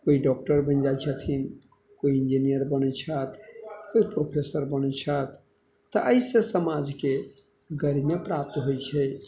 कोइ डॉक्टर बनि जाइ छथिन कोइ इंजीनियर बनै छथि कोइ प्रोफेसर बनै छथि तऽ अइसँ समाजके गरिमा प्राप्त होइ छै